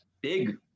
big